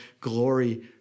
glory